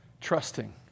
Trusting